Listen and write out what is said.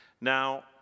Now